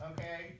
okay